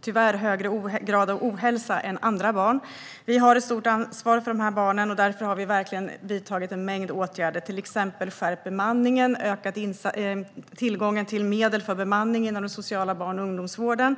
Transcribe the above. tyvärr högre grad av ohälsa än den för andra barn. Vi har ett stort ansvar för de här barnen. Därför har vi vidtagit en mängd åtgärder. Vi har till exempel skärpt bemanningen och ökat tillgången till medel för bemanningen inom den sociala barn och ungdomsvården.